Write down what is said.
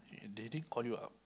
and they didn't call you up